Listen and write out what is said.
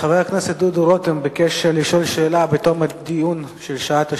חבר הכנסת דודו רותם ביקש לשאול שאלה בתום הדיון של שעת השאלות.